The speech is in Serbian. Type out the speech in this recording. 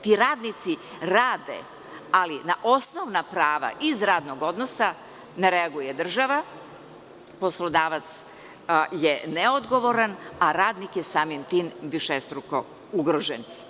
Ti radnici rade, ali na osnovna prava iz radnog odnosa ne reaguje država, poslodavac je neodgovoran, a radnik je višestruko ugrožen.